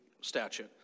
statute